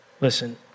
listen